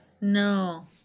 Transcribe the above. No